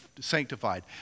sanctified